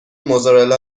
موزارلا